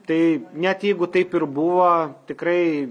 tai net jeigu taip ir buvo tikrai